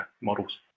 models